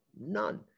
none